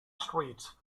streets